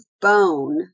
bone